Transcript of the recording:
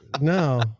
No